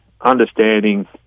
understanding